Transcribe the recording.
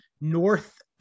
north